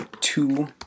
two